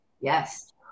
Yes